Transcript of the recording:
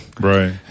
right